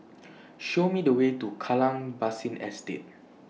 Show Me The Way to Kallang Basin Estate